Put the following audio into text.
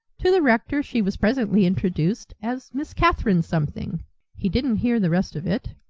to the rector she was presently introduced as miss catherine something he didn't hear the rest of it.